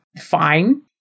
fine